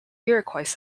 iroquois